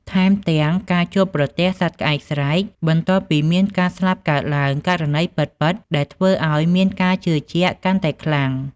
ថែមទាំងការជួបប្រទះសត្វក្អែកស្រែក បន្ទាប់ពីមានការស្លាប់កើតឡើង ករណីពិតៗដែលធ្វើឲ្យមានការជឿជាក់កាន់តែខ្លាំង។